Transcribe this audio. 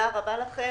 הישיבה נעולה.